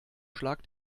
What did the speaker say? schlag